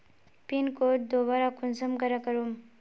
Pin code दोबारा कुंसम करे करूम?